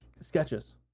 sketches